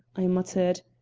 i muttered.